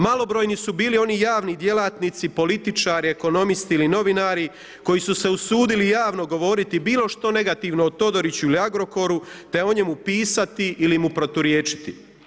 Malo brojni su bili oni javni djelatnici, političari, ekonomisti ili novinari koji su se usudili javno govoriti bilo što negativno o Todoriću ili Agrokoru, te o njemu pisati ili mu proturječiti.